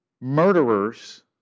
Murderers